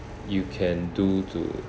you can do to